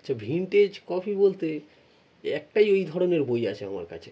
আচ্ছা vintage copy বলতে একটাই এই ধরনের বই আছে আমার কাছে